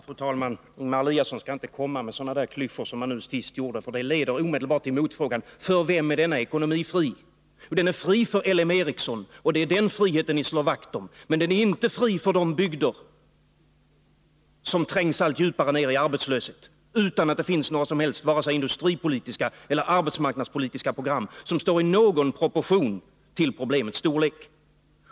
Fru talman! Ingemar Eliasson skall inte komma med sådana där klyschor som han nu senast använde, för det leder omedelbart till motfrågan: För vem är denna ekonomi fri? Den är fri för LM Ericsson, och det är den friheten ni slår vakt om. Men den är inte fri för de bygder där människorna trängs allt djupare ner i arbetslöshet utan att det finns några som helst vare sig industripolitiska eller arbetsmarknadspolitiska program som står i någon proportion till problemets storlek.